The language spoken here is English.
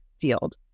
field